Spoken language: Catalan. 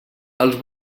els